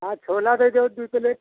हाँ छोला दे दो दो प्लेट